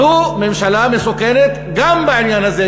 זו ממשלה מסוכנת גם בעניין הזה,